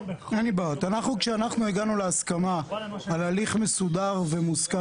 כשאנחנו הגענו להסכמה על הליך מסודר ומוסכם